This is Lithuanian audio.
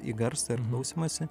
į garsą ir klausymąsi